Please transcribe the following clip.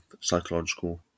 psychological